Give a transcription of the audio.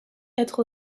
être